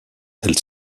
elle